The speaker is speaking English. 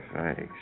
Thanks